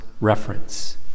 reference